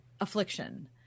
affliction